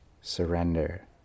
surrender